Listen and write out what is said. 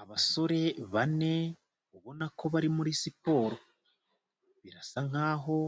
Abasore bane ubona ko bari muri siporo. Birasa nk'aho